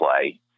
play